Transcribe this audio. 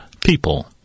people